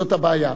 זאת הבעיה.